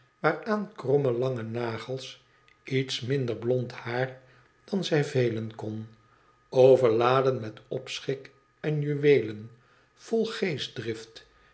waaraan kromme lange nagels iets minder blond haar dan zij velen kon overladen met opschik en juweelen vol geestdrift